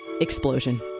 explosion